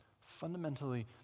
Fundamentally